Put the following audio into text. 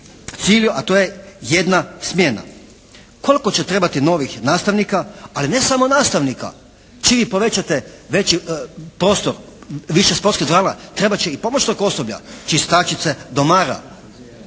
cilju, a to je jedna smjena. Koliko će trebati novih nastavnika, ali ne samo nastavnika. Čim vi povećate veći prostor, više sportskih sala, trebat će i pomoćnog osoblja, čistačice, domara.